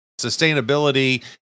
sustainability